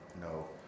No